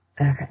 Okay